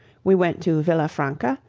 we went to villa franca,